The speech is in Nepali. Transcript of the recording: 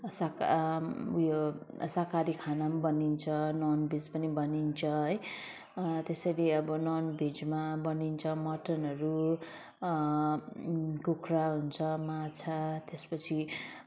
साका उ यो शाकाहारी खाना पनि बनिन्छ नन् भेज पनि बनिन्छ है त्यसरी अबो नन् भेजमा बनिन्छ मटनहरू कुखुरा हुन्छ माछा त्यसपछि